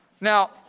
Now